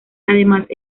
además